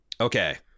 Okay